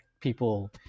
people